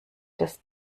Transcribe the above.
des